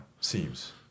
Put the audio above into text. Seems